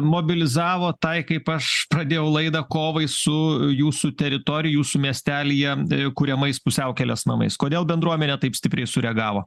mobilizavo tai kaip aš pradėjau laidą kovai su jūsų teritorijų su miestelyje kuriamais pusiaukelės namais kodėl bendruomenė taip stipriai sureagavo